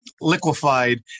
liquefied